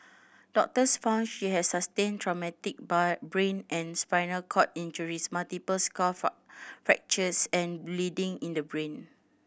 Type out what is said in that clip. doctors found she had sustained traumatic by brain and spinal cord injuries multiple skull for fractures and bleeding in the brain